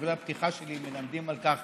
שדברי הפתיחה שלי מעידים על כך